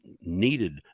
needed